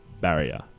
barrier